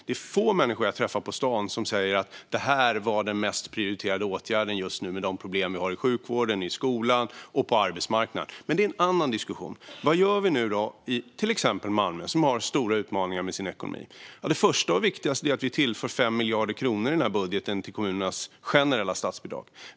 Det är få människor jag träffar på stan som säger att detta var den viktigaste åtgärden nu med de problem som vi har i sjukvården, i skolan och på arbetsmarknaden. Men det är en annan diskussion. Vad gör vi då i till exempel Malmö, där man har stora utmaningar i sin ekonomi? Det första och viktigaste är att vi i budgeten tillför 5 miljarder kronor till kommunernas generella statsbidrag.